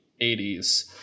80s